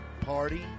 party